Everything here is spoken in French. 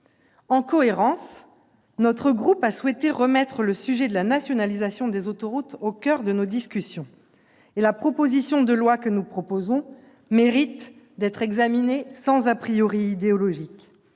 En cohérence, notre groupe a souhaité remettre le sujet de la nationalisation des autoroutes au coeur de nos discussions. La proposition de loi que nous proposons mérite d'être examinée sans idéologique.